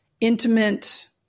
intimate